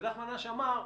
ונחמן אש אמר: